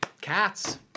Cats